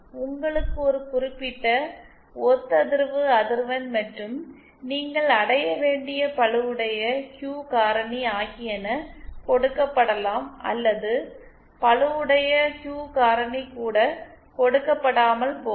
உங்களுக்கு ஒரு குறிப்பிட்ட ஒத்ததிர்வு அதிர்வெண் மற்றும் நீங்கள் அடைய வேண்டிய பளுவுடைய Q காரணி ஆகியன கொடுக்கப்படலாம் அல்லது பளுவுடைய Q காரணி கூட கொடுக்கப்படாமல் போகலாம்